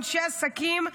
אנשי עסקים,